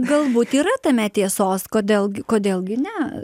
galbūt yra tame tiesos kodėl kodėl gi ne